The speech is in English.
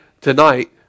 tonight